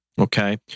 Okay